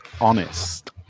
honest